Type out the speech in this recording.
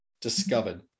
discovered